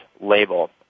label